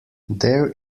there